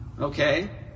Okay